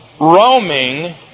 roaming